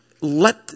let